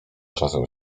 czasem